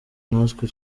natwe